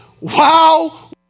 Wow